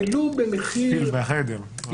ולו במחיר -- הפיל שבחדר.